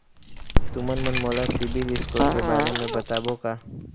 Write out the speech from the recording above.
तुमन मन मोला सीबिल स्कोर के बारे म बताबो का?